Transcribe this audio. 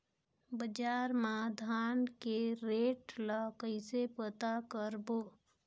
बजार मा धान के रेट ला कइसे पता करबो?